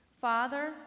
Father